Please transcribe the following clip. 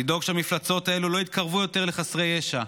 לדאוג שהמפלצות האלו לא יתקרבו יותר לחסרי ישע.